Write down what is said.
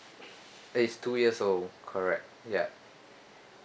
it's two years old correct yup